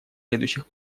следующих